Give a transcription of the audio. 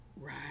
right